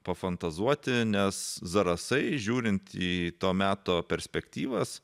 pafantazuoti nes zarasai žiūrint į to meto perspektyvas